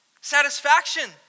satisfaction